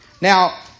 Now